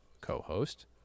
co-host